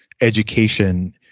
education